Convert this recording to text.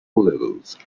levels